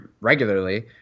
regularly